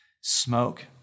smoke